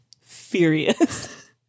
furious